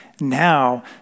now